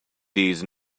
days